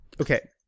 okay